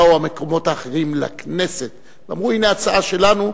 באו המקומות האחרים לכנסת ואמרו: הנה ההצעה שלנו,